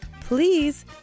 please